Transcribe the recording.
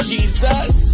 Jesus